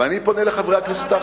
אבל אני פונה אל חברי הכנסת האחרים.